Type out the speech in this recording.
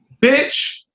bitch